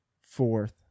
fourth